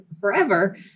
forever